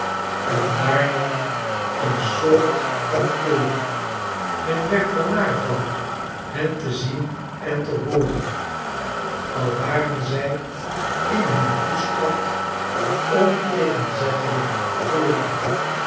sioorwegwaggon daarna een soort van koor men werd er naar van hen te zien en te hooren al waren zij in hun toestand ontegenzeglik gelukkig